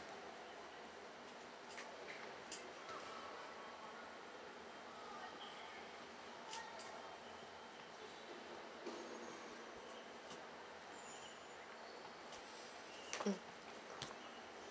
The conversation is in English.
mm